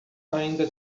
ainda